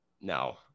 No